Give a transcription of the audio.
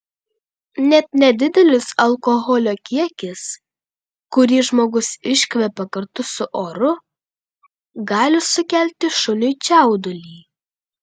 net nedidelis alkoholio kiekis kurį žmogus iškvepia kartu su oru gali sukelti šuniui čiaudulį